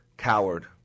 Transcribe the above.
coward